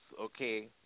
okay